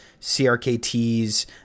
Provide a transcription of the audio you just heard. CRKTs